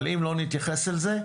אבל אם לא נתייחס לזה,